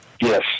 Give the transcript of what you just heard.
Yes